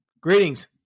Greetings